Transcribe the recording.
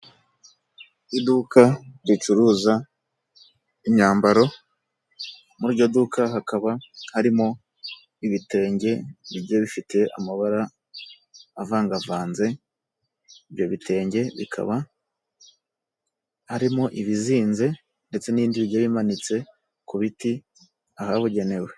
Iduka ricuruza imyambaro, muri iryo duka hakaba harimo ibitenge bigiye bifite amabara avangavanze ibyo bitenge bikaba harimo ibizinze ndetse n'indi bigiye bimanitse ku biti ahabugenewe.